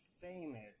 famous